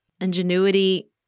ingenuity